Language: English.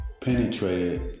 penetrated